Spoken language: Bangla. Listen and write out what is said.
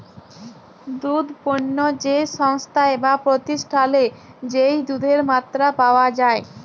দুধ পণ্য যে সংস্থায় বা প্রতিষ্ঠালে যেই দুধের মাত্রা পাওয়া যাই